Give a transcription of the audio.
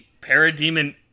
parademon